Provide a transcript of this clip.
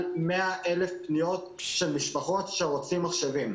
מ-100 אלף פניות של משפחות שרוצות מחשבים.